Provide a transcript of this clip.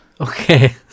Okay